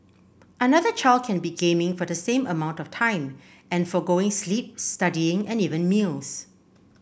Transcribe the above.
another child can be gaming for the same amount of time and forgoing sleep studying and even meals